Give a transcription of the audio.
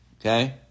Okay